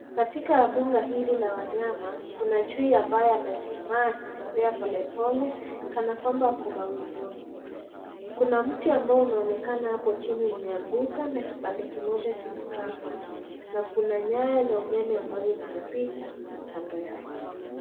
Katika mbuga hili la wanyama kuna chui ambaye amechuchuma akitembea polepole kana kwamba ako mawindoni. Kuna mti ambao unaonekana hapo chini umeanguka na kipande kimoja kimekatwa na kuna nyaya za umeme ambazo zinapita kando yake.